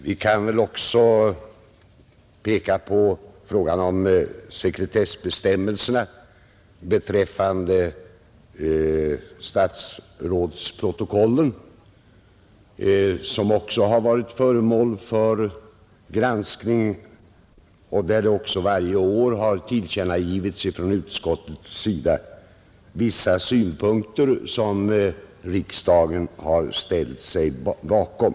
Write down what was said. Vi kan väl också peka på frågan om sekretessbestämmelserna beträffande statsrådsprotokollen, som har varit föremål för granskning. Utskottet har dessutom varje år tillkännagivit vissa synpunkter som riksdagen har ställt sig bakom.